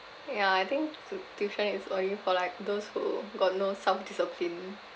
ya I think tu~ tuition is only for like those who got no self discipline